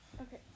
Okay